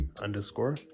underscore